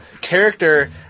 character